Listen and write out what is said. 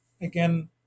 again